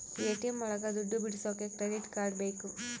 ATM ಒಳಗ ದುಡ್ಡು ಬಿಡಿಸೋಕೆ ಕ್ರೆಡಿಟ್ ಕಾರ್ಡ್ ಬೇಕು